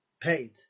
paid